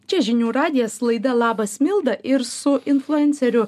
čia žinių radijas laida labas milda ir su influenceriu